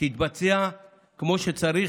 יתבצעו כמו שצריך,